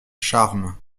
charmes